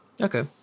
Okay